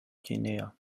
guinea